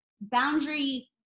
boundary